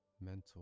mental